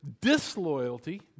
disloyalty